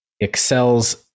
excels